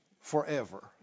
forever